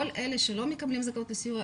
כל אלה שלא מקבלים זכאות לסיוע,